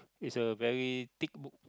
is a very thick book